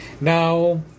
now